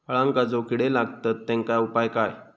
फळांका जो किडे लागतत तेनका उपाय काय?